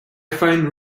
find